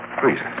please